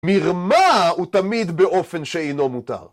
מרמה הוא תמיד באופן שאינו מותר.